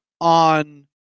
on